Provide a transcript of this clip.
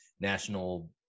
national